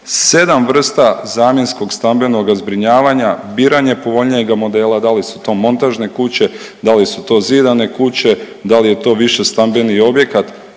RH 7 vrsta zamjenskog stambenog zbrinjavanja, biranje povoljnijega modela, da li su to montažne kuće, da li su to zidane kuće, da li je to višestambeni objekat.